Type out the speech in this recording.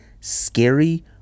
scary